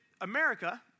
America